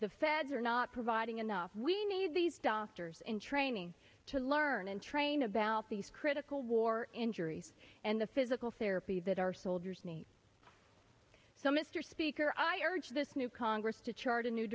the feds are not providing enough we need these doctors in training to learn and train about these critical war injuries and the physical therapy that our soldiers need so mr speaker i urge this new congress to chart a new